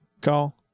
call